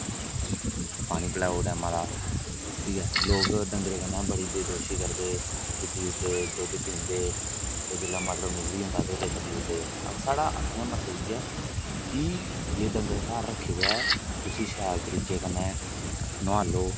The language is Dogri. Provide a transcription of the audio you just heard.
पानी पिलाओ डंगरे गी मता ठीक ऐ लोक डंगरे कन्नै बड़ी बेदोशी करदे खिद्दी ओड़दे दुद्ध पींदे जिसलै मतलब निकली जंदा ते छड्डी ओड़दे साढ़ा आक्खने दा मतलब इयै है कि जे डंगर घार रक्खे दा ऐ उसी शैल तरिके कन्नै नुहालो